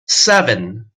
seven